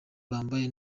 bambaye